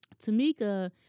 Tamika